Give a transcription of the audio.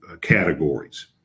categories